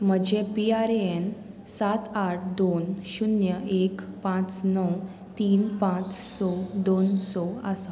म्हजें P R A N सात आठ दोन शुन्य एक पांच णव तीन पांच स दोन स आसा